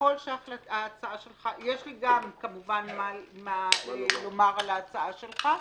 ככל שההצעה שלך יש לי גם כמובן מה לומר על ההצעה שלך,